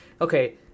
Okay